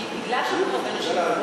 כי מכיוון שכל כך הרבה נשים עובדות,